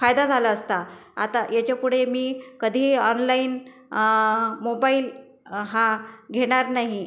फायदा झाला असता आता याच्यापुढे मी कधीही ऑनलाईन मोबाईल हा घेणार नाही